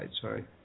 sorry